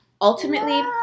Ultimately